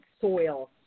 soil